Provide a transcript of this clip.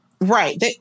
right